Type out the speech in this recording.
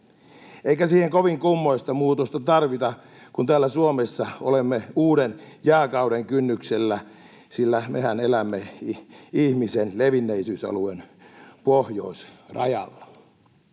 eikä siihen kovin kummoista muutosta tarvita, kun täällä Suomessa olemme uuden jääkauden kynnyksellä, sillä mehän elämme ihmisen levinneisyysalueen pohjoisrajalla.